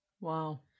wow